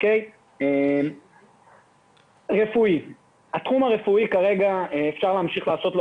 בתחום הרפואי אפשר להמשיך לעשות לו